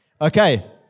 Okay